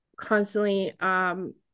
constantly